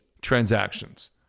transactions